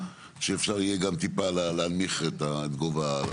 שאפשר יהיה גם טיפה להנמיך את הגובה.